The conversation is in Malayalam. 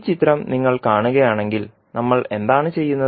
ഈ ചിത്രം നിങ്ങൾ കാണുകയാണെങ്കിൽ നമ്മൾ എന്താണ് ചെയ്യുന്നത്